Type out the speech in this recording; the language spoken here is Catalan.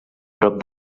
prop